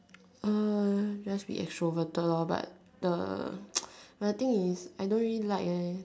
uh let's be extroverted lah but the but the thing is I don't really like eh